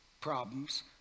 problems